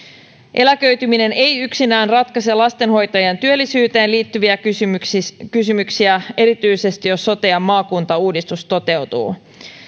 eläköityminen ei yksinään ratkaise lastenhoitajien työllisyyteen liittyviä kysymyksiä kysymyksiä erityisesti jos sote ja maakuntauudistus toteutuu